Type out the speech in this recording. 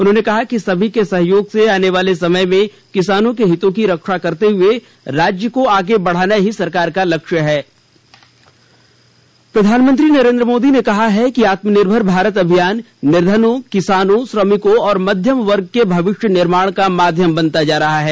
उन्होंने कहा कि सभी के सहयोग से आने वाले समय में किसानों के हितों की रक्षा करते हुए राज्य को आगे बढ़ाना ही सरकार का लक्ष्य है प्रधानमंत्री नरेन्द्र मोदी ने कहा है कि आत्मनिर्भर भारत अभियान निर्धनों किसानों श्रमिकों और मध्यम वर्ग के भविष्य निर्माण का माध्यम बनता जा रहा है